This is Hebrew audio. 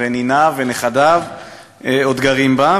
ניניו ונכדיו עוד גרים בה,